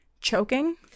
choking